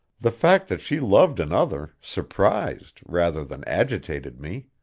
the fact that she loved another surprised rather than agitated me.